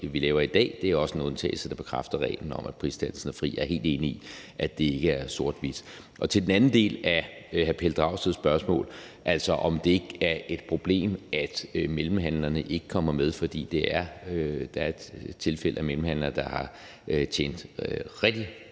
vi laver i dag. Det er også en undtagelse, der bekræfter reglen om, at prisdannelsen er fri, og jeg er helt enig i, at det ikke er sort-hvidt. Til den anden del af hr. Pelle Dragsteds spørgsmål, altså om det ikke er et problem, at mellemhandlerne ikke kommer med, fordi der er tilfælde med mellemhandlere, der har tjent rigtig,